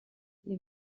les